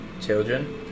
children